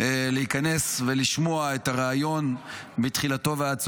להיכנס ולשמוע את הריאיון מתחילתו ועד סופו.